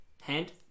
hand